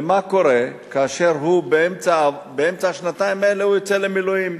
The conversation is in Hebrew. מה קורה כאשר הוא באמצע השנתיים האלה יוצא למילואים?